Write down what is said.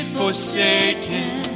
forsaken